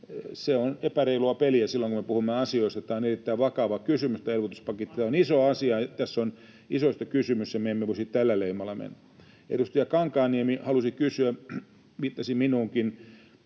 Se on epäreilua peliä silloin, kun me puhumme asioista. Tämä elvytyspaketti on erittäin vakava kysymys. Tämä on iso asia, tässä on isoista asioista kysymys, ja me emme voi tällä leimalla mennä. Edustaja Kankaanniemi halusi kysyä, viittasi minuunkin: